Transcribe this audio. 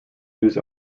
news